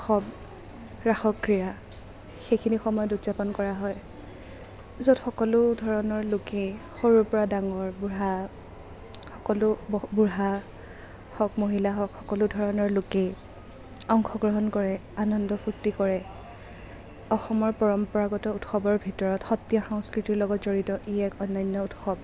উৎসৱ ৰাসক্ৰিয়া সেইখিনি সময়ত উদযাপন কৰা হয় য'ত সকলোধৰণৰ লোকেই সৰুৰপৰা ডাঙৰ বুঢ়া সকলো বুঢ়া হক মহিলা হওক সকলো ধৰণৰ লোকেই অংশগ্ৰহণ কৰে আনন্দ ফূৰ্তি কৰে অসমৰ পৰম্পৰাগত উৎসৱৰ ভিতৰত সত্ৰীয়া সংস্কৃতিৰ লগত জড়িত ই এক অনন্য উৎসৱ